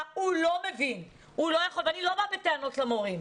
אבל הוא לא מבין ואני לא באה בטענות למורים.